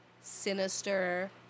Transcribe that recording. sinister